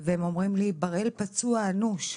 והם אומרים לי שבראל פצוע אנוש.